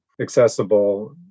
accessible